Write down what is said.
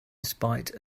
spite